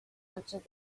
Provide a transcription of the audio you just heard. answered